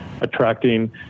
attracting